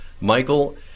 Michael